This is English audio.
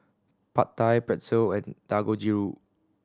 Pad Thai Pretzel and Dangojiru